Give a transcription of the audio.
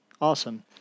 Awesome